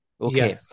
okay